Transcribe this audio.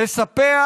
לספח